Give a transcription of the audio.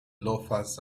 loafers